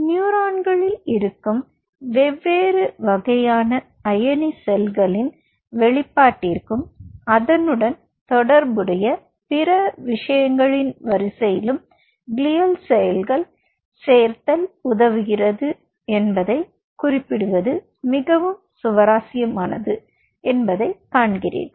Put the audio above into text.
நியூரான்களில் இருக்கும் வெவ்வேறு வகையான அயனி சேனல்களின் வெளிப்பாட்டிற்கும் அதனுடன் தொடர்புடைய பிற விஷயங்களின் வரிசையிலும் க்ளீயல் செல்கள் சேர்த்தல் உதவுகிறது என்பதைக் குறிப்பிடுவது மிகவும் சுவாரஸ்யமானது என்பதை நீங்கள் காண்கிறீர்கள்